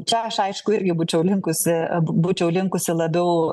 čia aš aišku irgi būčiau linkusi būčiau linkusi labiau